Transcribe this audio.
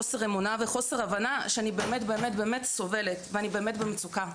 חוסר אמונה וחוסר הבנה שאני באמת-באמת-באמת סובלת ואני באמת במצוקה.